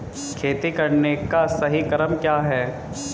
खेती करने का सही क्रम क्या है?